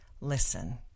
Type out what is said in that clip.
Listen